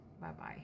Bye-bye